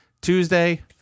Tuesday